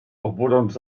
oburącz